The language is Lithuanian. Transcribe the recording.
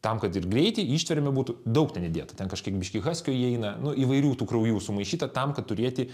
tam kad ir greitį ištvermę būtų daug ten įdėta ten kažkaip biški haskio įeina nu įvairių tų kraujų sumaišyta tam kad turėti